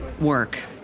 work